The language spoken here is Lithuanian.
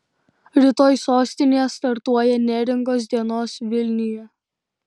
rytoj sostinėje startuoja neringos dienos vilniuje